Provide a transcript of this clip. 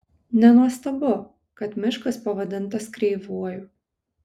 nenuostabu kad miškas pavadintas kreivuoju